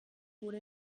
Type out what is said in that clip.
wurde